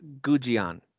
Gujian